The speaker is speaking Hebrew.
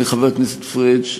חבר הכנסת פריג',